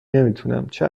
نمیتونم، چه